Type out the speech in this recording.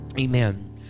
Amen